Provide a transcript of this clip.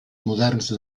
moderns